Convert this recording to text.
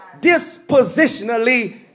dispositionally